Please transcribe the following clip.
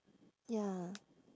ya